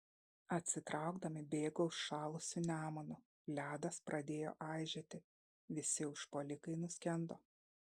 atsitraukdami bėgo užšalusiu nemunu ledas pradėjo aižėti visi užpuolikai nuskendo